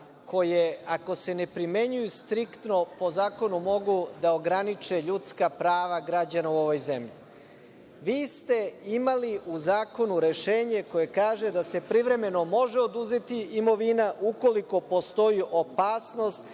koje ako se ne primenjuju striktno po zakonu mogu da ograniče ljudska prava građana u ovoj zemlji. Vi ste imali u zakonu rešenje koje kaže da se privremeno može oduzeti imovina, ukoliko postoji opasnost